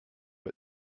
but